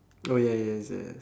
oh ya ya it's there